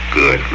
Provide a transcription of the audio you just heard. good